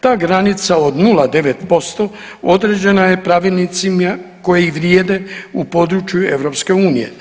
Ta granica od 0,9% određena je pravilnicima koji vrijede u području EU.